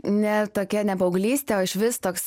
ne tokia ne paauglystė o išvis toks